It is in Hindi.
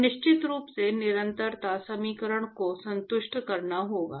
और निश्चित रूप से निरंतरता समीकरण को संतुष्ट करना होगा